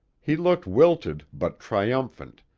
he looked wilted but triumphant,